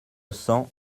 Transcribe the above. cents